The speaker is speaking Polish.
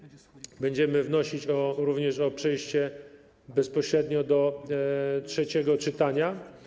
Będziemy wnosić również o przejście bezpośrednio do trzeciego czytania.